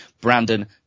Brandon